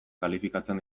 kalifikatzen